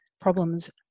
problems